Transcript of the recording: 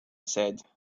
said